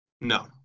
No